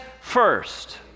first